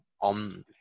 on